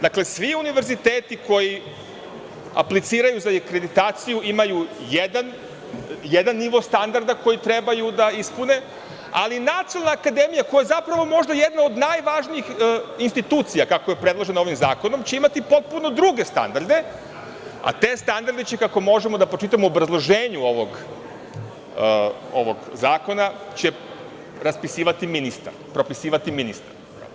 Dakle, svi univerziteti koji apliciraju za akreditaciju imaju jedan nivo standarda koji trebaju da ispune, ali nacionalna akademija, koja je zapravo možda jedna od najvažnijih institucija, kako je predložena ovim zakonom, će imati potpuno druge standarde, a te standarde će, kako možemo da pročitamo u obrazloženju ovog zakona, raspisivati ministar, propisivati ministar.